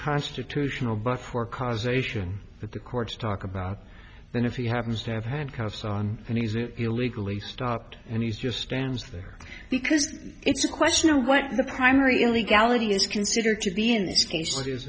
constitutional but for causation but the courts talk about that if he happens to have handcuffs on and he's illegally stopped and he's just stands there because it's a question of what the primary illegality is considered to be in this case that is